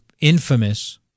infamous